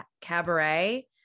cabaret